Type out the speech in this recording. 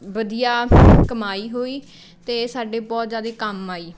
ਵਧੀਆ ਕਮਾਈ ਹੋਈ ਅਤੇ ਸਾਡੇ ਬਹੁਤ ਜ਼ਿਆਦਾ ਕੰਮ ਆਈ